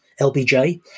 LBJ